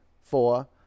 four